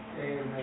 Amen